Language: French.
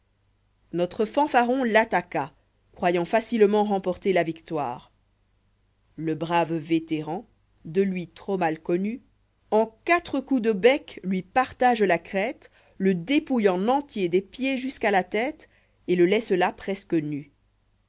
notre fanfaron l'attaqua croyant facilement remporter la victoire le brave vétéran de lui trop mal connu en quatre coups de bec lui partage la crête le dépouille en entier des pieds jusqu'à la tête et le laisse là presque nu